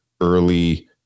early